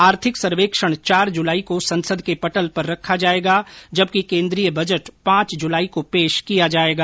आर्थिक सर्वेक्षण चार जुलाई को संसद के पटल पर रखा जाएगा जबकि केन्द्रीय बजट पांच जुलाई को पेश किया जायेगा